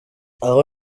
aho